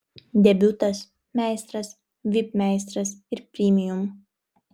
debiutas meistras vip meistras ir premium